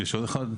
יש עוד אחד?